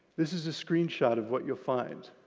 this is a screenshot of what you'll find.